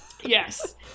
Yes